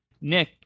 Nick